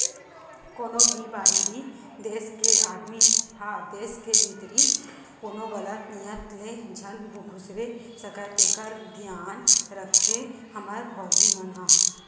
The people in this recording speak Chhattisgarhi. कोनों भी बाहिरी देस के आदमी ह देस के भीतरी कोनो गलत नियत ले झन खुसरे सकय तेकर धियान राखथे हमर फौजी मन ह